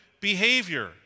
behavior